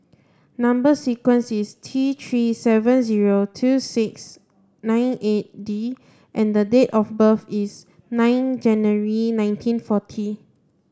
number sequence is T three seven zero two six nine eight D and the date of birth is nine January nineteen forty